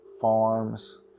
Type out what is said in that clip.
Farms